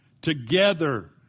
together